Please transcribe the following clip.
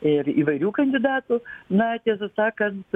ir įvairių kandidatų na tiesą sakant